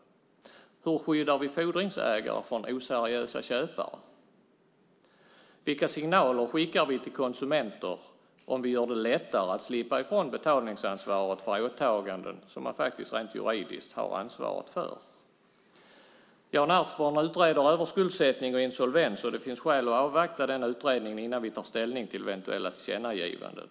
Hur skyddar vi fordringsägare från oseriösa köpare? Vilka signaler skickar vi till konsumenter om vi gör det lättare att slippa från betalningsansvaret för åtagande som man rent juridiskt har ansvaret för? Jan Ertsborn utreder överskuldsättning och insolvens. Det finns skäl att avvakta den utredningen innan vi tar ställning till eventuella tillkännagivanden.